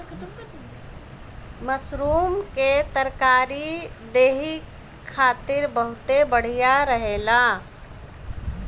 mushroom के तरकारी देहि खातिर बहुते बढ़िया रहेला